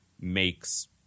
makes